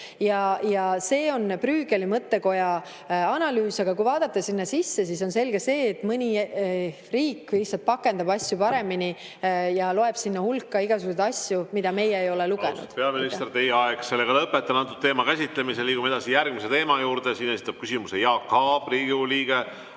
See on Brügeli mõttekoja analüüs. Aga kui vaadata sinna sisse, siis on selge, et mõni riik lihtsalt pakendab asju paremini ja loeb sinna hulka asju, mida meie ei ole lugenud.